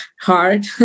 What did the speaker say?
hard